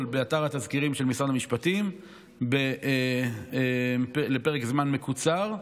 באתר התזכירים של משרד המשפטים לפרק זמן מקוצר,